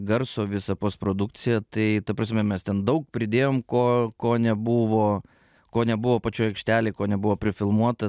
garso visą postprodukciją tai ta prasme mes ten daug pridėjom ko ko nebuvo ko nebuvo pačioj aikštelėj ko nebuvo prifilmuota